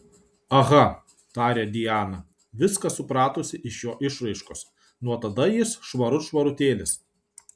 aha tarė diana viską supratusi iš jo išraiškos nuo tada jis švarut švarutėlis